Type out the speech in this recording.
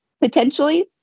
potentially